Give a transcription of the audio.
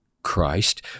Christ